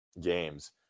games